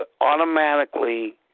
automatically